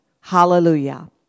Hallelujah